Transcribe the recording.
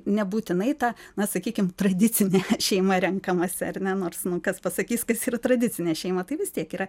nebūtinai ta na sakykim tradicinė šeima renkamasi ar ne nors nu kas pasakys kas yra tradicinė šeima tai vis tiek yra